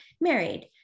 married